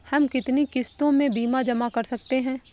हम कितनी किश्तों में बीमा जमा कर सकते हैं?